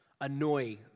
annoy